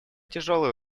тяжелые